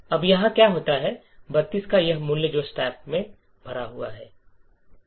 अब यहां क्या होता है कि ३२ का यह मूल्य जो स्टैक में भरा हुआ है